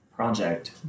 project